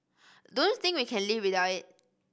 don't think we can live without it